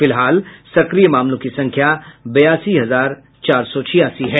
फिलहाल सक्रिय मामालें की संख्या बयासी हजार चार सौ छियासी है